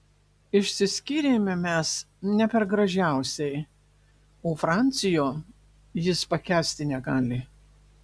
išsiskyrėme mes ne per gražiausiai o francio jis pakęsti negali